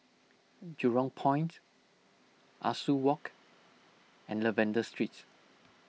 Jurong Point Ah Soo Walk and Lavender Street